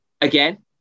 again